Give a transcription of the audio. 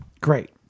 great